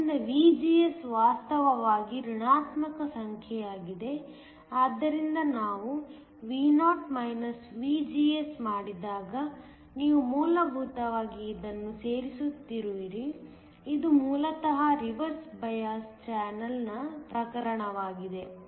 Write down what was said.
ಆದ್ದರಿಂದ VGS ವಾಸ್ತವವಾಗಿ ಋಣಾತ್ಮಕ ಸಂಖ್ಯೆಯಾಗಿದೆ ಆದ್ದರಿಂದ ನಾವು Vo VGS ಮಾಡಿದಾಗ ನೀವು ಮೂಲಭೂತವಾಗಿ ಇದನ್ನು ಸೇರಿಸುತ್ತಿರುವಿರಿ ಇದು ಮೂಲತಃ ರಿವರ್ಸ್ ಬಯಾಸ್ ಚಾನಲ್ನ ಪ್ರಕರಣವಾಗಿದೆ